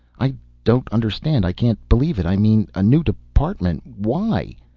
i don't understand. i can't believe it. i mean a new department why?